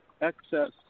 excess